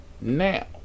now